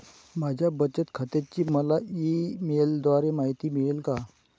माझ्या बचत खात्याची मला ई मेलद्वारे माहिती मिळेल का?